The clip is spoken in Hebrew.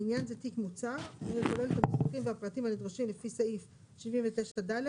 לעניין זה תיק מוצר הכולל את המסמכים והפרטים הנדרשים לפי סעיף 79 א',